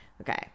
Okay